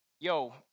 yo